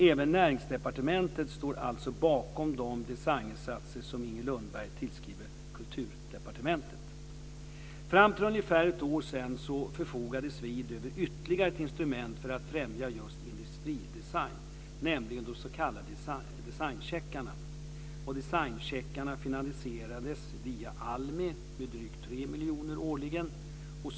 Även Näringsdepartementet står alltså bakom de designinsatser som Inger Lundberg tillskriver Kulturdepartementet. Fram till för ungefär ett år sedan förfogade SVID över ytterligare ett instrument för att främja just industridesign, nämligen de s.k. designcheckarna. Designcheckarna finansierades via ALMI med drygt 3 miljoner årligen.